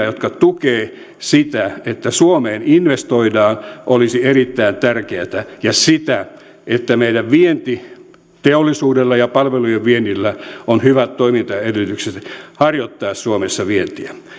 jotka tukevat sitä että suomeen investoidaan olisivat erittäin tärkeitä samoin kuin se että meidän vientiteollisuudella ja palvelujen viennillä on hyvät toimintaedellytykset harjoittaa suomessa vientiä